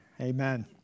Amen